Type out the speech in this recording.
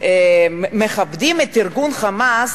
מכבדים את ארגון "חמאס",